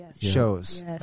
shows